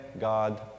God